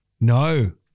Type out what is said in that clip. No